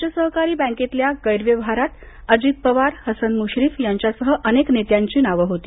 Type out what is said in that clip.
राज्य सहकारी बँकेतल्या गैरव्यवहारात अजित पवार हसन मुश्रीफ यांच्यासह अनेक नेत्यांची नावं होती